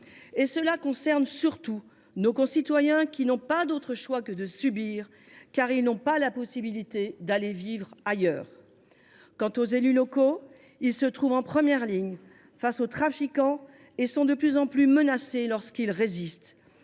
situation concerne surtout nos concitoyens qui n’ont pas d’autre choix que de subir, faute de pouvoir aller vivre ailleurs. Quant aux élus locaux, ils se trouvent en première ligne face aux trafiquants et sont de plus en plus menacés lorsqu’ils leur résistent.